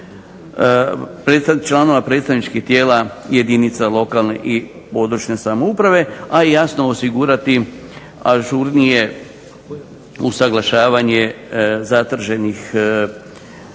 članova predstavničkih tijela jedinica lokalne i područne samouprave, a jasno osigurati ažurnije usuglašavanje zatraženih zahtjeva